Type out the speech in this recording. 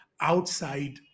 outside